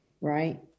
right